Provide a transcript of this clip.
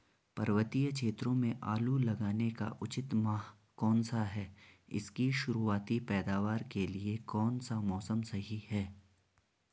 पर्वतीय क्षेत्रों में आलू लगाने का उचित माह कौन सा है इसकी शुरुआती पैदावार के लिए कौन सा मौसम सही है?